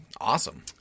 Awesome